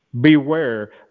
Beware